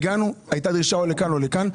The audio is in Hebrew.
והייתה דרישה לכאן או לכאן.